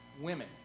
women